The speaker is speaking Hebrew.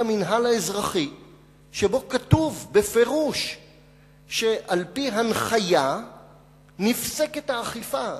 שבו כתוב בפירוש שעל-פי הנחיה נפסקת האכיפה.